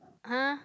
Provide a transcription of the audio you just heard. !huh!